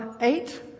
Eight